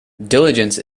diligence